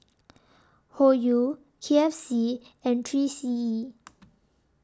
Hoyu K F C and three C E